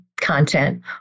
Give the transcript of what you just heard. content